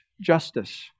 justice